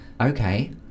Okay